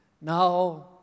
now